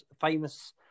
famous